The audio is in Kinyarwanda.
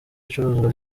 icuruzwa